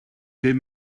bum